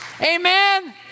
Amen